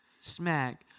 smack